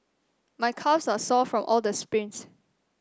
my calves are sore from all the sprints